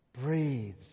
Breathes